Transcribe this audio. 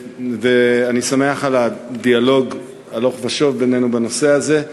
ואני שמח על הדיאלוג הלוך ושוב בינינו בנושא הזה,